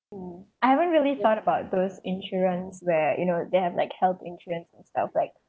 oh I haven't really thought about those insurance where you know they have like health insurance and stuff like